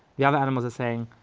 the other animals are saying,